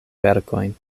verkojn